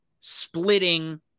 splitting